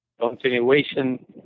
continuation